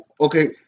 Okay